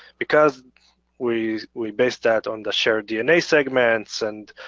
because we we base that on the shared dna segments and